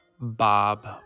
Bob